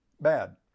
bad